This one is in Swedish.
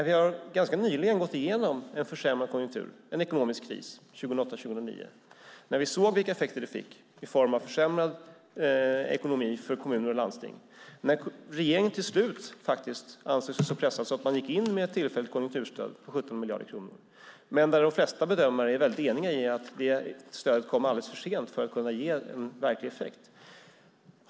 Vi har ganska nyligen gått igenom en försämrad konjunktur, en ekonomisk kris, 2008-2009. Vi såg vilka effekter det fick i form av försämrad ekonomi för kommuner och landsting. Regeringen ansåg sig till slut så pressad att man gick in med ett tillfälligt konjunkturstöd på 17 miljarder kronor. Men de flesta bedömare är eniga om att det stödet kom alldeles för sent för att kunna ge en verklig effekt.